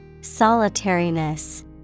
Solitariness